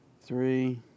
three